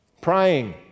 praying